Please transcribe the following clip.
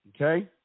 okay